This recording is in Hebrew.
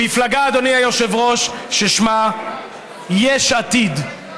במפלגה, אדוני היושב-ראש, ששמה יש עתיד.